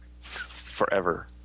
forever